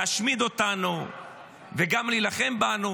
להשמיד אותנו וגם להילחם בנו,